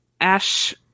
Ash